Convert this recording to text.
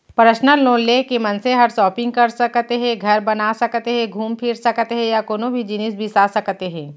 personal loan ले के मनसे हर सॉपिंग कर सकत हे, घर बना सकत हे घूम फिर सकत हे या कोनों भी जिनिस बिसा सकत हे